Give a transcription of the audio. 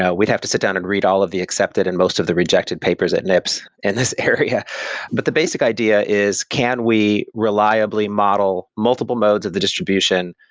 ah we'd have to sit down and read all of the accepted and most of the rejected papers at nips in this area yeah but the basic idea is can we reliably model multiple modes of the distribution?